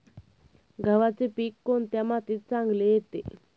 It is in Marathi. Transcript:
गव्हाचे पीक कोणत्या मातीत चांगले येते?